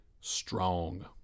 strong